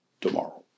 tomorrow